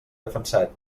defensat